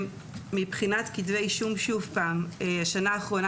מבחינת כתבי אישום, שוב פעם, בשנה האחרונה,